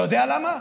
אתה יודע למה?